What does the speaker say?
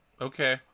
okay